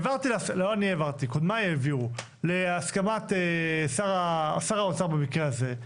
קודמיי העבירו להסכמת שר האוצר במקרה הזה,